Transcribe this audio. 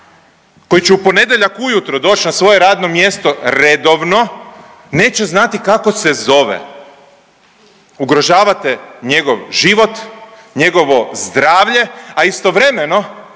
Koji će u ponedjeljak ujutro doći na svoje radno mjesto redovno, neće znati kako se zove. Ugrožavate njegov život, njegovo zdravlje, a istovremeno